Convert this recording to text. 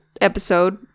episode